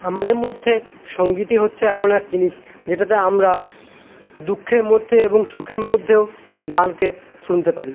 আমাদের মধ্যে সঙ্গীতই হচ্ছে এমন এক জিনিস যেটাতে আমরা দুঃখের মধ্যে এবং সুখের মধ্যেও গানকে শুনতে পারি